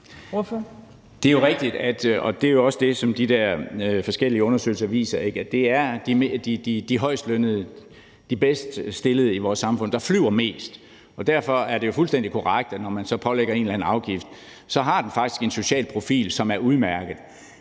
Det er rigtigt – og det er også det, som de der forskellige undersøgelser viser – at det er de højestlønnede, de bedst stillede i vores samfund, der flyver mest, og derfor er det jo fuldstændig korrekt, at når man så pålægger flyrejser en eller anden afgift, så har den faktisk en social profil, som er udmærket.